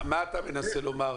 מה אתה מנסה לומר.